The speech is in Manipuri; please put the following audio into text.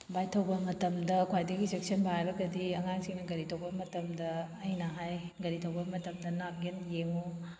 ꯕꯥꯏꯛ ꯊꯧꯕ ꯃꯇꯝꯗ ꯈ꯭ꯋꯥꯏꯗꯒꯤ ꯆꯦꯛꯁꯤꯟꯕ ꯍꯥꯏꯔꯒꯗꯤ ꯑꯉꯥꯡꯁꯤꯡꯅ ꯒꯥꯔꯤ ꯊꯧꯕ ꯃꯇꯝꯗ ꯑꯩꯅ ꯍꯥꯏ ꯒꯥꯔꯤ ꯊꯧꯕ ꯃꯇꯝꯗ ꯅꯥꯛ ꯌꯦꯠ ꯌꯦꯡꯉꯨ